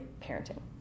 parenting